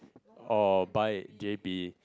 or buy it JP